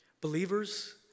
Believers